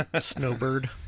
Snowbird